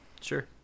Sure